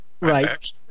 Right